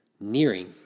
nearing